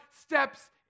steps